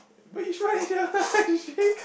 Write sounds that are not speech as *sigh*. why you smile sia *laughs* why is she